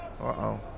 Uh-oh